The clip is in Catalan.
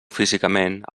físicament